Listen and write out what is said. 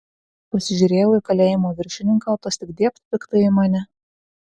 pasižiūrėjau į kalėjimo viršininką o tas tik dėbt piktai į mane